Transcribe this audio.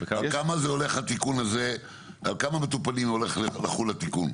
על כמה מטופלים הולך לחול התיקון הזה?